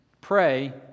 pray